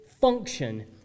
function